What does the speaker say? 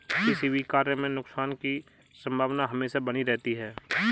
किसी भी कार्य में नुकसान की संभावना हमेशा बनी रहती है